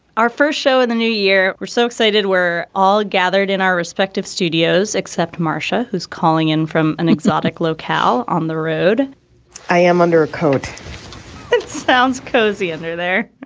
our first show in the new year. we're so excited. we're all gathered in our respective studios except marsha, who's calling in from an exotic locale on the road i am under a code that sounds cozy under there